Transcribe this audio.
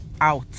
out